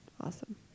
awesome